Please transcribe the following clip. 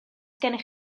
gennych